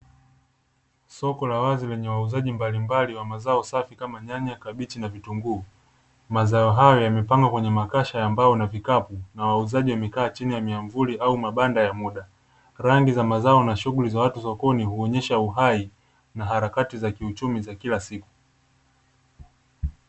Soko la wazi lenye wauzaji mbalimbali wa mazao safi kama: nyanya, kabichi, na vitunguu. Mazao hayo yamepangwa kwenye makasha ya mbao na vikapu na wauzaji wamekaa chini ya miavuli au mabanda ya muda. Rangi za mazao na shughuli za watu sokoni huonyesha uhai na harakati za kiuchumi za kila siku.